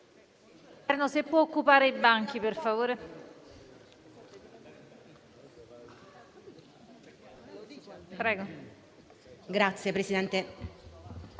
Grazie, Presidente.